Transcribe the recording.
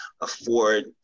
afford